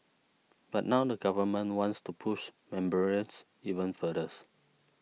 but now the Government wants to push membranes even furthers